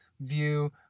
view